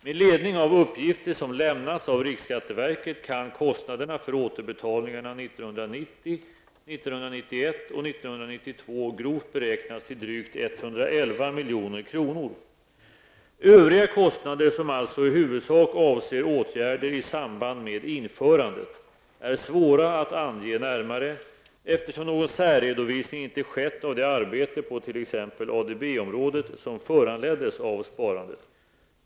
Med ledning av uppgifter som lämnats av riksskatteverket kan kostnaderna för återbetalningarna 1990, 1991 och 1992 grovt beräknas till drygt 111 milj.kr. Övriga kostnader, som alltså i huvudsak avser åtgärder i samband med införandet, är svåra att ange närmare, eftersom någon särredovisning inte skett av det arbete på t.ex. ADB-området som föranleddes av sparandet.